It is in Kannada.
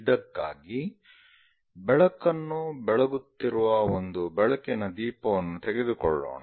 ಇದಕ್ಕಾಗಿ ಬೆಳಕನ್ನು ಬೆಳಗುತ್ತಿರುವ ಒಂದು ಬೆಳಕಿನ ದೀಪವನ್ನು ತೆಗೆದುಕೊಳ್ಳೋಣ